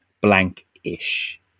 blank-ish